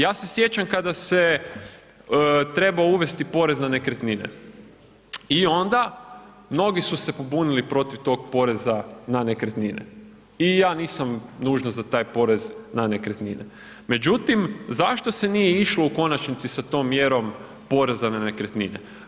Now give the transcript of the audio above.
Ja se sjećam kada se trebao uvesti porez na nekretnine i onda mnogi su se pobunili protiv tog poreza na nekretnine i ja nisam nužno za taj porez na nekretnine međutim zašto se nije išlo u konačnici sa tom mjerom poreza na nekretnine?